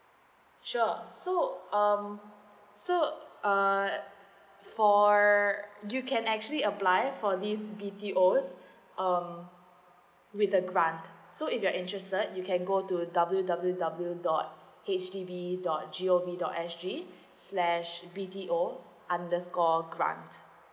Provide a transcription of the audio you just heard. sure so um so uh for you can actually apply for this B_T_O um with the grant so if you're interested you can go to W W W dot H D B dot G O V dot S G slash B T O underscore grant